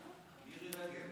מירי רגב.